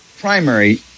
primary